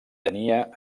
tenia